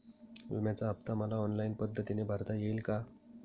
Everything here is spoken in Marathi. विम्याचा हफ्ता मला ऑनलाईन पद्धतीने भरता येईल का?